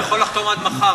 הוא יכול לחתום עד מחר,